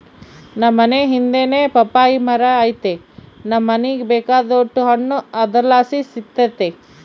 ನಮ್ ಮನೇ ಹಿಂದೆನೇ ಪಪ್ಪಾಯಿ ಮರ ಐತೆ ನಮ್ ಮನೀಗ ಬೇಕಾದೋಟು ಹಣ್ಣು ಅದರ್ಲಾಸಿ ಸಿಕ್ತತೆ